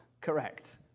Correct